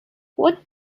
what